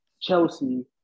Chelsea